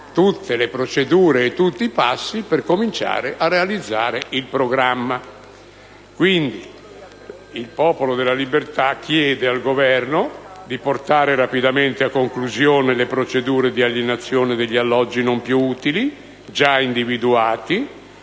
tutte le procedure e tutti i passi per cominciare a realizzare il programma. Il Gruppo del Popolo della Libertà chiede pertanto al Governo di portare rapidamente a conclusione le procedure di alienazione degli alloggi non più utili già individuati,